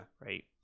Right